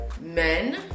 Men